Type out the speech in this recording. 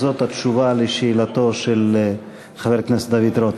זאת התשובה על שאלתו של חבר הכנסת דוד רותם.